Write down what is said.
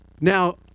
Now